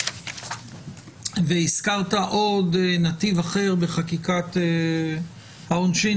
והזכרת עוד נתיב אחר בחקיקת העונשין,